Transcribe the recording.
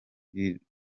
rito